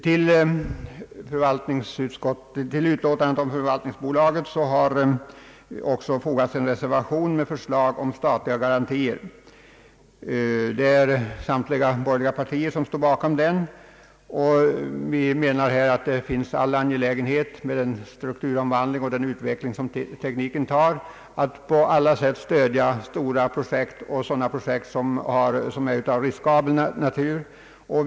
Till utlåtandet om förvaltningsbolaget har också fogats en reservation från samtliga borgerliga partier med förslag till statliga garantier. Vi anser att det är angeläget — med den strukturomvandling och den utveckling som tekniken tar — att på alla sätt stödja stora projekt och sådana projekt som är av riskabel natur, men som är av betydelse för ekonomiska framsteg.